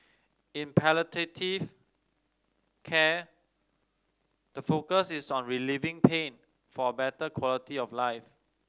in palliative care the focus is on relieving pain for a better quality of life